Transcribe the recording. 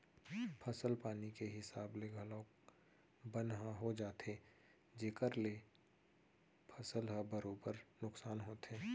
फसल पानी के हिसाब ले घलौक बन ह हो जाथे जेकर ले फसल ह बरोबर नुकसान होथे